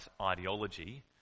ideology